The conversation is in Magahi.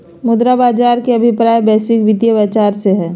मुद्रा बाज़ार के अभिप्राय वैश्विक वित्तीय बाज़ार से हइ